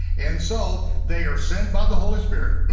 and so they are sent by the holy spirit